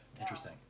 Interesting